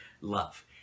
love